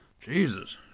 Jesus